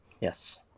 yes